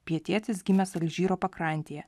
pietietis gimęs alžyro pakrantėje